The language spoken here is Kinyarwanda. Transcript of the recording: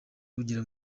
bugira